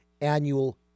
Annual